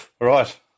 right